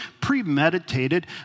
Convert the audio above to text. premeditated